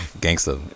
gangster